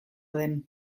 den